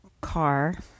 car